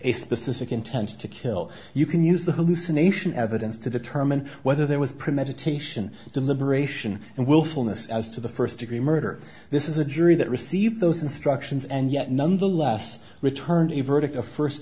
a specific intent to kill you can use the hallucination evidence to determine whether there was premeditation deliberation and willfulness as to the first degree murder this is a jury that received those instructions and yet none the less returned a verdict of first